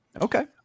okay